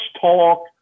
talk